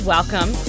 Welcome